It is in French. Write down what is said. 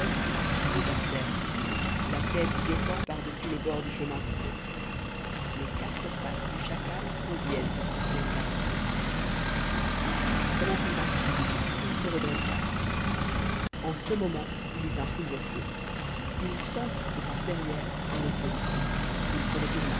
appuyés à terre la tête guettant par-dessus le bord du chemin creux les quatre pattes du chacal conviennent à de certaines actions puis prenant son parti il se dressa en ce moment il eut un soubresaut il sentit que par derrière on le tenait il se retourna